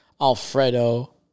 Alfredo